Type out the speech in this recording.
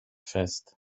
fest